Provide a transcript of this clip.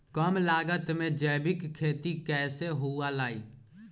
कम लागत में जैविक खेती कैसे हुआ लाई?